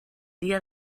dia